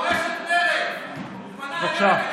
סליחה רגע,